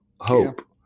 hope